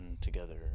together